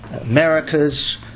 Americas